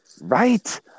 right